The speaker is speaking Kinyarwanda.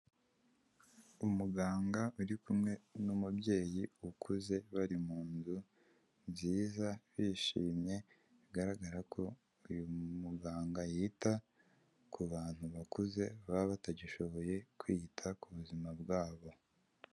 Umuganga uri kumwe n'umubyeyi ukuze, bari mu nzu nziza, bishimye, bigaragara ko uyu muganga yita ku bantu bakuze, baba batagishoboye kwita ku buzima bwabo.